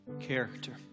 character